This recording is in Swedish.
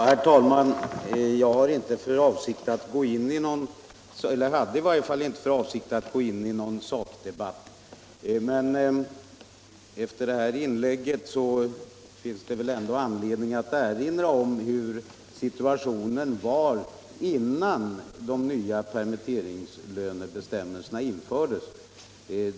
Herr talman! Jag hade inte för avsikt att gå in i någon sakdebatt, men efter det senaste inlägget finns det anledning att erinra om den situation som rådde innan de nya permitteringslönebestämmelserna infördes.